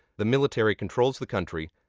the military controls the country,